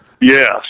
Yes